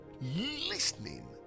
Listening